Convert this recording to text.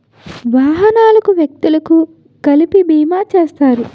వాహనాలకు వ్యక్తులకు కలిపి బీమా చేస్తారు